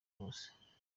bose